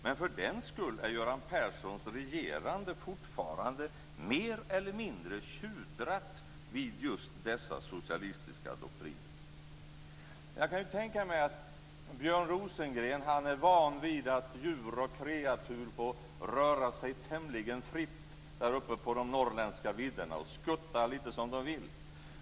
Men för den skull är Göran Perssons regerande fortfarande mer eller mindre tjudrat vid just dessa socialistiska doktriner. Jag kan tänka mig att Björn Rosengren är van vid att djur och kreatur där uppe på de norrländska vidderna får röra sig tämligen fritt och skutta lite som de vill.